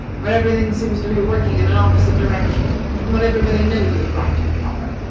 where every thing seems to be working in an opposite direction from what everybody knows is right and proper.